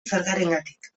zergarengatik